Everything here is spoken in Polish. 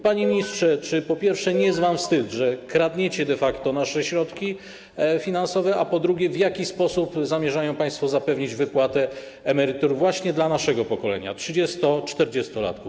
Panie ministrze, po pierwsze, czy nie jest wam wstyd, że kradniecie de facto nasze środki finansowe, a po drugie, w jaki sposób zamierzają państwo zapewnić wypłatę emerytur właśnie dla naszego pokolenia trzydziesto-, czterdziestolatków?